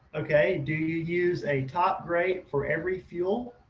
okay, do you use a top grate for every fuel?